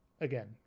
again